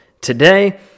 today